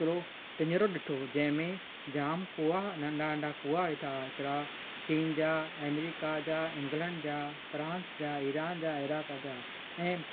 हिकिड़ो पिंजड़ो ॾिठो हो जंहिंमें जाम कुआ नंढा नंढा कुआ ॾिठा हिकिड़ा चीन जा एमरीका जा इंग्लैंड जा फ्रांस जा ईरान जा इराक जा ऐं